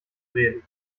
reden